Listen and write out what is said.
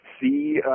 see